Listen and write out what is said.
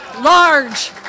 Large